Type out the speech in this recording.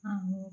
ଆଉ ମୁଁ